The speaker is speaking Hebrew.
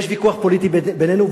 יש ויכוח פוליטי בינינו,